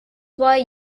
why